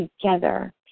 together